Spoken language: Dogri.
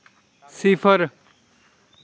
सिफर